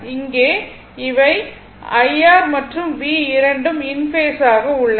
இங்கே அவை IR மற்றும் V இரண்டும் இன் பேஸ் ஆக உள்ளன